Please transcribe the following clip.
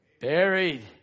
Buried